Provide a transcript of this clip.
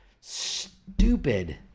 stupid